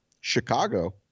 Chicago